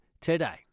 today